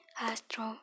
Astro